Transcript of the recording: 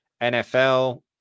NFL